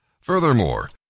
Furthermore